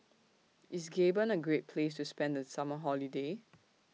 IS Gabon A Great Place to spend The Summer Holiday